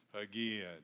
again